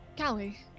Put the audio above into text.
Callie